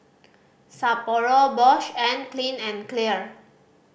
Sapporo Bosch and Clean and Clear